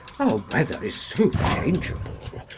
our weather is so changeable.